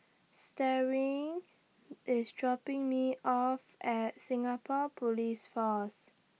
Starling IS dropping Me off At Singapore Police Force